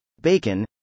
Bacon